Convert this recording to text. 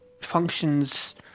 functions